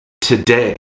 today